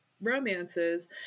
romances